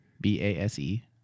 B-A-S-E